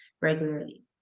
regularly